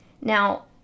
Now